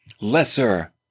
lesser